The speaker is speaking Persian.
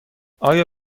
آیا